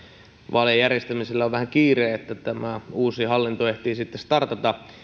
vaalien järjestämisellä on vähän kiire että tämä uusi hallinto ehtii startata